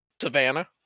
Savannah